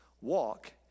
walk